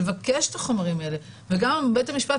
לבקש את החומרים האלה וגם בית המשפט,